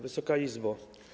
Wysoka Izbo!